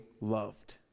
loved